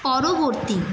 পরবর্তী